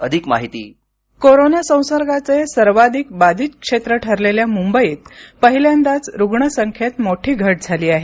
अधिक माहिती कोरोना संसर्गाचे सर्वाधिक बाधित क्षेत्र ठरलेल्या मुंबईत पहिल्यांदाच रुग्णसंख्येत मोठी घट झाली आहे